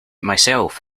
myself